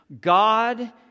God